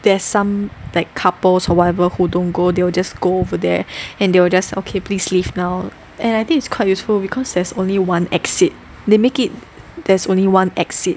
there's some like couples or whatever who don't go they will just go over there and they will just okay please leave now and I think it's quite useful because there's only one exit they make it there's only one exit